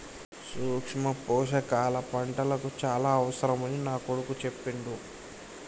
సూక్ష్మ పోషకాల పంటలకు చాల అవసరమని నా కొడుకు చెప్పిండు